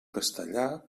castellà